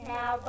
Now